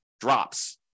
drops